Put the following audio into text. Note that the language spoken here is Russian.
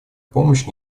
помощь